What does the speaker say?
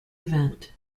event